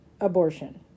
abortion